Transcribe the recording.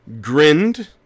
grinned